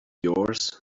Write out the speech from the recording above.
yours